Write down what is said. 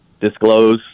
disclose